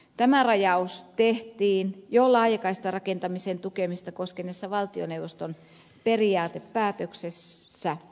tämä rajaus tehtiin jo laajakaistarakentamisen tukemista koskeneessa valtioneuvoston periaatepäätöksessä